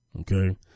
okay